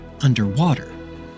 underwater